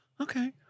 Okay